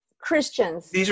Christians